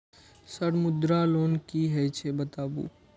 Sir Mudra loan की हे छे बताबू?